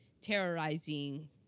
terrorizing